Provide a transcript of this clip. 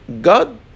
God